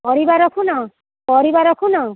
ପରିବା ରଖୁନ ପରିବା ରଖୁନ